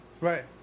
Right